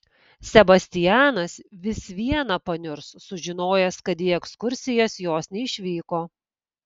sebastianas vis viena paniurs sužinojęs kad į ekskursijas jos neišvyko